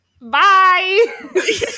Bye